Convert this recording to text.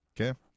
Okay